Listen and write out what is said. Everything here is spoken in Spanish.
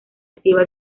activa